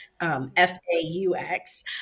F-A-U-X